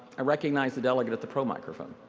recognize the delegate at the pro microphone.